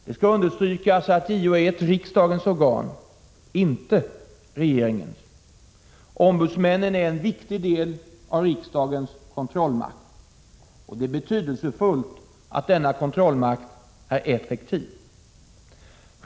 Det skall understrykas att JO är ett riksdagens organ, inte regeringens. Ombudsmännen är en viktig del av riksdagens kontrollmakt. Det är betydelsefullt att denna kontrollmakt är effektiv.